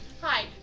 Hi